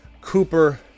Cooper